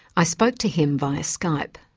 i spoke to him via skype.